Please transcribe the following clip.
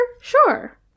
sure